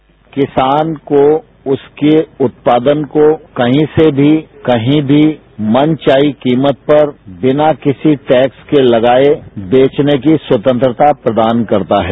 sound bite किसान को उसके उत्पादन को कहीं से भी कहीं भी मनचाही कीमत पर बिना किसी टैक्स के लगाए बेचने की स्वतंत्रता प्रदान करता है